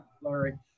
Larry